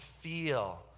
feel